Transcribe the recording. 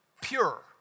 pure